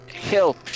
help